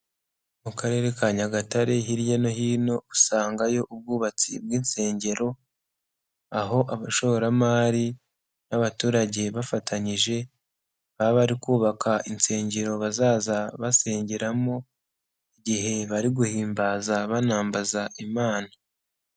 Mu karere ka nyagatare hirya no hino usangayo ubwubatsi bw'insengero, aho abashoramari n'abaturage bafatanyije, baba bari kubaka insengero bazaza basengeramo igihe bari guhimbaza banambaza Imana.